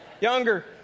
younger